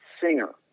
singer